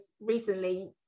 recently